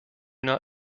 not